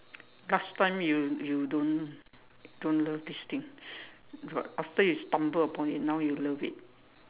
last time you you don't don't love this thing but after you stumble upon it now you love it